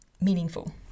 meaningful